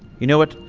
you know what?